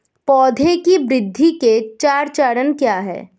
पौधे की वृद्धि के चार चरण क्या हैं?